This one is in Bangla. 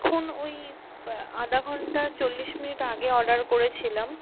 দেখুন ওই আধা ঘন্টা চল্লিশ মিনিট আগে অর্ডার করেছিলাম